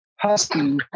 Husky